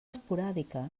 esporàdica